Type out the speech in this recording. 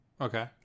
Okay